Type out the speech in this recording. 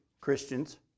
Christians